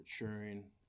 maturing